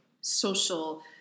social